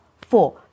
four